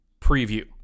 preview